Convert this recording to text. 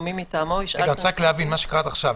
או מי מטעמו- -- מה שקראת עד עכשיו,